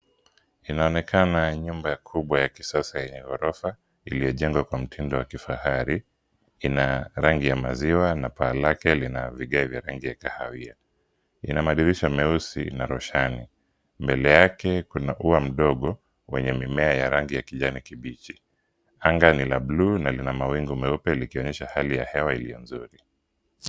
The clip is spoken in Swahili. Inaonekana nyumba kubwa ya kisasa yenye ghorofa iliyojengwa kwa mtindo wa kifahari, ina rangi ya maziwa na paa lake lina vigae vya rangi ya kahawia, ina madirisha meusi na roshani, mbele yake kuna ua mdogo wenye mimea ya rangi ya kijani kibichi, anga ni la buluu na lina mawingu meupe likionyesha hali ya hewa iliyo nzuri.